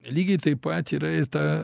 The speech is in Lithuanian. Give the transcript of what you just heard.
lygiai taip pat yra ir ta